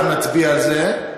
אנחנו נצביע על זה.